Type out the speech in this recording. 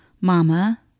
mama